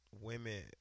women